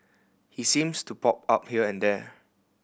he seems to pop up here and there